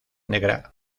negra